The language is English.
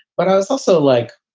but i was also like,